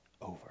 over